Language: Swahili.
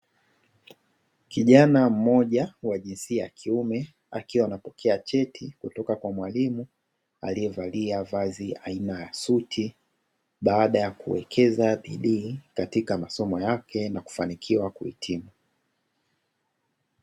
Kijana mmoja wa jinsia ya kiume, akiwa anapokea cheti kutoka kwa mwalimu aliyevalia vazi aina ya suti, baada ya kuwekeza bidii katika masomo yake na kufanikiwa kuhitimu.